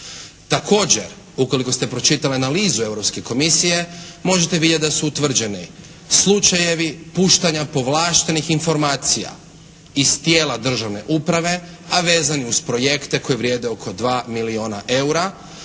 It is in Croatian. Također, ukoliko ste pročitali analizu Europske komisije možete vidjeti da su utvrđeni slučajevi puštanja povlaštenih informacija iz tijela državne uprave a vezani uz projekte koji vrijede oko 2 milijuna eura.